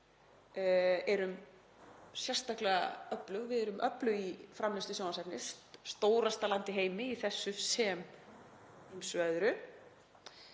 við erum sérstaklega öflug. Við erum öflug í framleiðslu sjónvarpsefnis, „stórasta land í heimi“ í þessu sem ýmsu öðru,